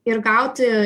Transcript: ir gauti